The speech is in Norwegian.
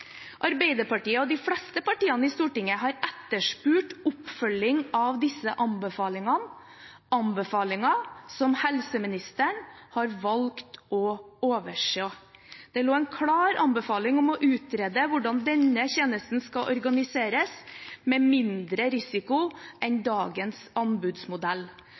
Arbeiderpartiet og de fleste partiene i Stortinget har etterspurt oppfølging av disse anbefalingene, anbefalinger som helseministeren har valgt å overse. Det lå en klar anbefaling om å utrede hvordan denne tjenesten skal organiseres, med mindre risiko enn dagens anbudsmodell.